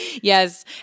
Yes